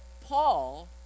Paul